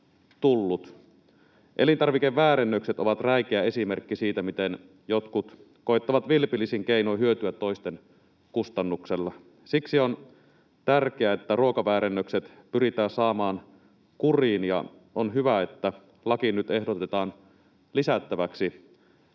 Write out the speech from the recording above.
Elintarvikeväärennökset ovat räikeä esimerkki siitä, miten jotkut koettavat vilpillisin keinoin hyötyä toisten kustannuksella. Siksi on tärkeää, että ruokaväärennökset pyritään saamaan kuriin, ja on hyvä, että lakiin nyt ehdotetaan lisättäväksi